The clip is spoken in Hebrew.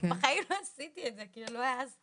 בחיים לא עשיתי את זה כי לא העזתי.